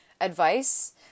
advice